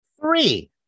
three